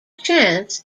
chance